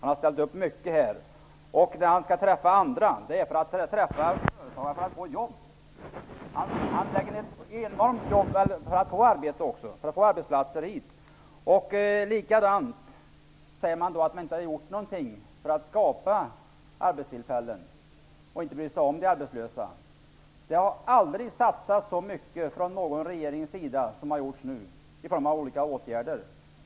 Företagare träffar han för att få fram jobb. Han lägger ner ett enormt arbete på detta. Man säger att han inte har gjort någonting för att skapa arbetstillfällen och att han inte bryr sig om de arbetslösa. Det har aldrig från någon regerings sida satsats så mycket som det har gjorts nu i form av olika åtgärder.